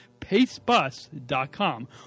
PaceBus.com